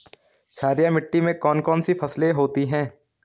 क्षारीय मिट्टी में कौन कौन सी फसलें होती हैं?